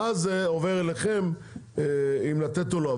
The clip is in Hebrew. ואז זה עובר אליכם אם לתת או לא.